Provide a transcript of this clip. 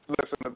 Listen